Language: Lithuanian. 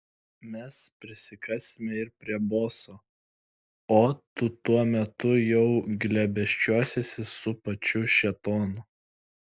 mes prisikasime ir prie boso o tu tuo metu jau glėbesčiuosiesi su pačiu šėtonu